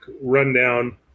rundown